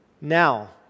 now